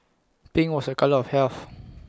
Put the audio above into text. pink was A colour of health